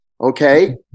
okay